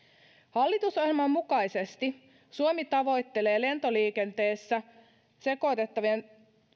hallitusohjelman mukaisesti suomi tavoittelee lentoliikenteessä sekoitevelvoitteen